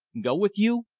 go with you?